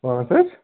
پانٛژھ حظ